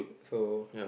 so